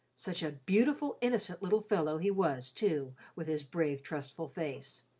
such a beautiful, innocent little fellow he was, too, with his brave, trustful face,